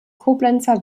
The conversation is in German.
koblenzer